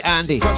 Andy